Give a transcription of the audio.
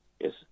Yes